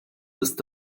ist